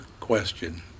Question